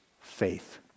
faith